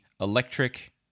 electric